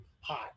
hot